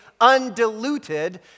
undiluted